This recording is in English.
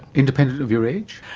independent of your age?